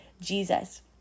Jesus